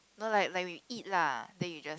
no like like you eat lah then you just